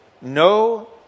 No